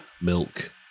milk